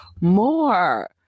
more